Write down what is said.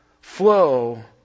flow